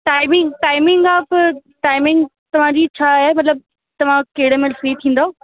timing timing अब timing तव्हांजी छा आहे मतिलब तव्हां कहिड़े महिल फ्री थींदव